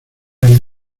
and